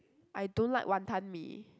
I don't like Wanton-Mee